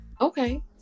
Okay